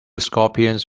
scorpions